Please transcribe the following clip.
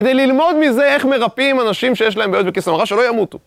כדי ללמוד מזה איך מרפאים אנשים שיש להם בעיות בכיס המרה שלא ימותו